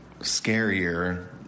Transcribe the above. scarier